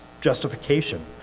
justification